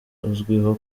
azwiho